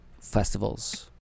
festivals